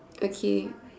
okay